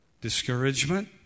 discouragement